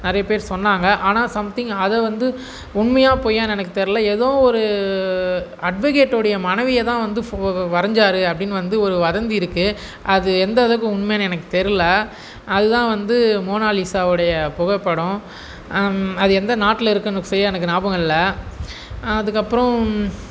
நிறைய பேர் சொன்னாங்க ஆனால் சம்திங் அதை வந்து உண்மையா பொய்யான்னு எனக்கு தெர்யல ஏதோ ஒரு அட்வகேட்டுடைய மனைவியைதான் வந்து ஃபோ வரைஞ்சாரு அப்படின்னு வந்து ஒரு வதந்தி இருக்குது அது எந்தளவுக்கு உண்மைன்னு எனக்கு தெர்யல அதுதான் வந்து மோனாலிசாவுடைய புகைப்படம் அது எந்த நாட்டில இருக்குதுன்னு சரியா எனக்கு ஞாபகம் இல்லை அதுக்கப்புறம்